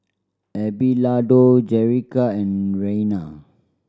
Abelardo Jerrica and Reina